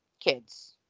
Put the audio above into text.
kids